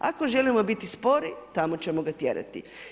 Ako želimo biti spori, tamo ćemo ga tjerati.